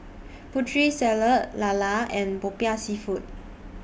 Putri Salad Lala and Popiah Seafood